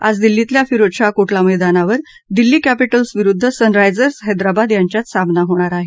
आज दिल्लीतल्या फिरोजशाहा कोटला मैदानावर दिल्ली कॅपिटल्स विरुद्ध सन रायजर्स हैद्राबाद यांच्यात सामना होणार आहे